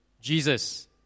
Jesus